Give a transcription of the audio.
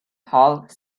halle